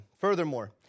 furthermore